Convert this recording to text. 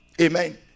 Amen